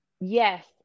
Yes